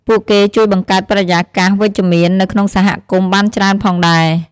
ពួកគេជួយបង្កើតបរិយាកាសវិជ្ជមាន នៅក្នុងសហគមន៍បានច្រើនផងដែរ។